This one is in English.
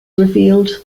revealed